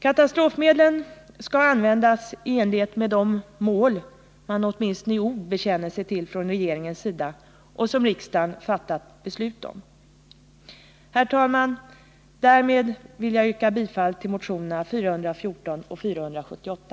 Katastrofmedlen skall användas i enlighet med de mål som regeringen åtminstone i ord bekänner sig till och som riksdagen har fattat beslut om. Herr talman! Därmed vill jag yrka bifall till motionerna 414 och 478.